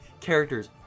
characters